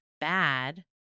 bad